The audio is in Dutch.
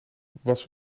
was